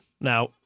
Now